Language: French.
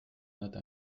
note